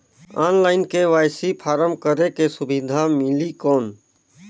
Online KYC form करेके सुविधा मिली कौन?